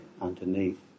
underneath